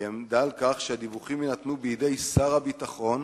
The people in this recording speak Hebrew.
היא עמדה על כך שהדיווחים יינתנו בידי שר הביטחון